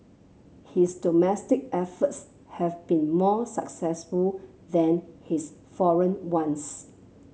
his domestic efforts have been more successful than his foreign ones